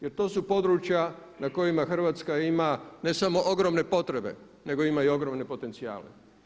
Jer to su područja na kojima Hrvatska ima ne samo ogromne potrebe nego ima i ogromne potencijale.